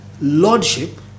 lordship